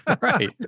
Right